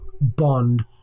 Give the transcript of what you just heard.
Bond